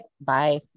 Bye